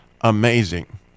amazing